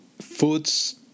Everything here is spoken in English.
foods